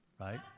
right